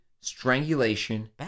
strangulation